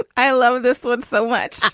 ah i love this one so much